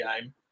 game